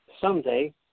someday